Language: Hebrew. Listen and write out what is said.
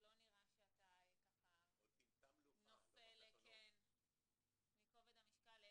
לא נראה שאתה נופל מכובד המשקל.